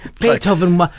Beethoven